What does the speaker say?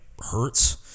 hurts